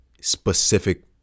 specific